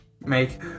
make